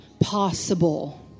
possible